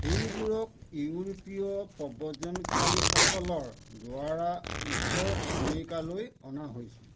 সেইবোৰক ইউৰোপীয় প্ৰব্ৰজনকাৰীসকলৰদ্বাৰা উত্তৰ আমেৰিকালৈ অনা হৈছিল